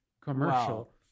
commercial